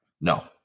No